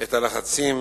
את הלחצים